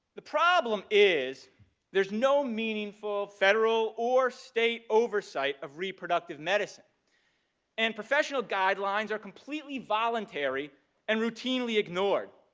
the problem is there's no meaningful federal or state oversight of reproductive medicine and professional guidelines are completely voluntary and routinely ignored.